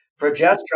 Progesterone